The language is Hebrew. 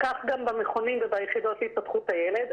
כך גם במכונים וביחידות להתפתחות הילד.